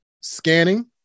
scanning